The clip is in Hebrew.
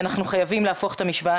אנחנו חייבים להפוך את המשוואה.